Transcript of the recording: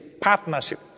partnership